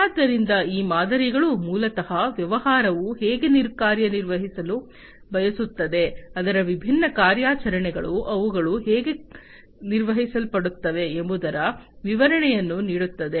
ಆದ್ದರಿಂದ ಈ ಮಾದರಿಗಳು ಮೂಲತಃ ವ್ಯವಹಾರವು ಹೇಗೆ ಕಾರ್ಯನಿರ್ವಹಿಸಲು ಬಯಸುತ್ತದೆ ಅದರ ವಿಭಿನ್ನ ಕಾರ್ಯಾಚರಣೆಗಳು ಅವುಗಳು ಹೇಗೆ ನಿರ್ವಹಿಸಲ್ಪಡುತ್ತವೆ ಎಂಬುದರ ವಿವರಣೆಯನ್ನು ನೀಡುತ್ತದೆ